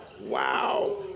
Wow